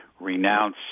renounce